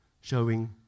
showing